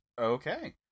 okay